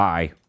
Bye